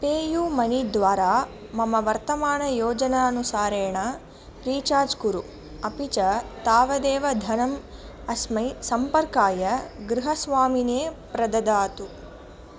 pay you Money द्वारा मम वर्तमानयोजनानुसारेण रीचार्ज् कुरु अपि च तावदेव धनम् अस्मै सम्पर्काय गृहस्वामिनेप्रददातु